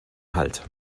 halt